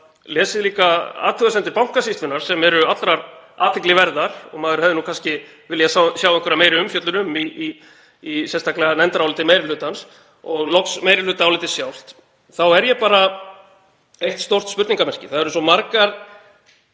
og athugasemdir Bankasýslunnar — sem eru allrar athygli verðar og maður hefði kannski viljað sjá einhverja meiri umfjöllun um, sérstaklega í nefndaráliti meiri hlutans — og loks meirihlutaálitið sjálft, þá er ég bara eitt stórt spurningarmerki. Það eru svo margar